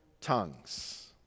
tongues